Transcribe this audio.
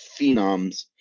phenoms